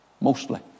Mostly